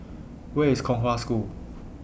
Where IS Kong Hwa School